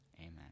amen